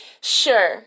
Sure